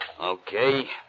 Okay